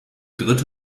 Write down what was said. dritte